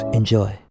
enjoy